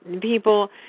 People